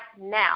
now